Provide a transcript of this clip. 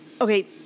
okay